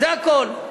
זה הכול.